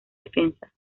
defensa